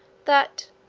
that,